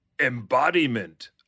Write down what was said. Embodiment